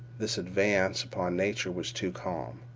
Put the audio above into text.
this advance upon nature was too calm.